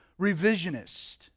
revisionist